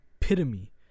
epitome